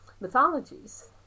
mythologies